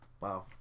wow